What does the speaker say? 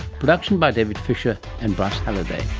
production by david fisher and bryce halliday.